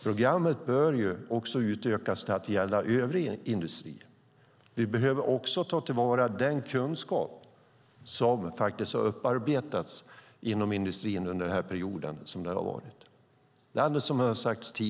Programmet bör dock utökas till att även gälla övrig industri. Dessutom behöver vi ta till vara den kunskap som upparbetats inom industrin under den period som programmet pågått.